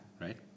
Right